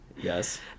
Yes